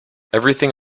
everything